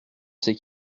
sais